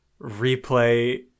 replay